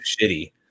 shitty